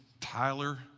Tyler